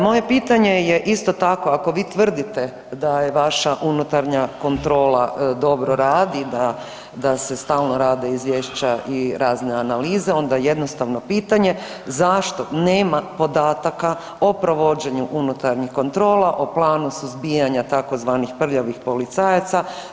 Moje pitanje je isto tako, ako vi tvrdite da je vaša unutarnja kontrola dobro radi, da se stalno rade izvješća i razne analize, onda jednostavno pitanje zašto nema podataka o provođenju unutarnjih kontrola, o planu suzbijanja tzv. prljavih policajaca.